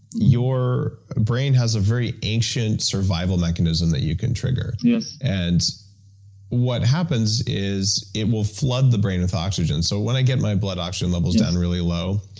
your brain has a very ancient survival mechanism that you can trigger yes and what happens is it will flood the brain with oxygen. so when i get my blood oxygen levels down really low,